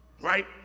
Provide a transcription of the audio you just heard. Right